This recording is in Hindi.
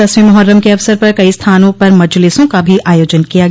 दसवीं मोहर्रम के अवसर पर कई स्थानों पर मजलिसों का भी आयोजन किया गया